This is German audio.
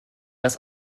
das